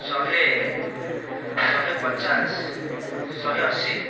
ଶହେ ଶହେ ପଚାଶ ଶହେ ଅଶୀ